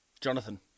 Jonathan